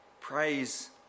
Praise